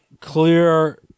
clear